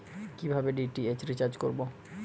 কিভাবে DTH recharge করব?